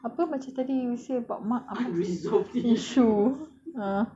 apa macam tadi you say about mak apa issue ah